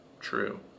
True